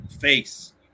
face